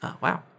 wow